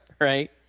right